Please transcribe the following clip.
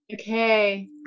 Okay